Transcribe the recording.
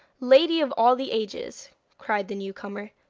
lady of all the ages cried the new comer,